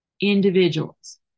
Individuals